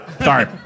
Sorry